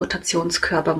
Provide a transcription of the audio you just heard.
rotationskörper